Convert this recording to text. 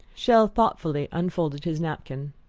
chelles thoughtfully unfolded his napkin.